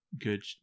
good